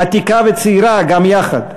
עתיקה וצעירה גם יחד,